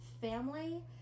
family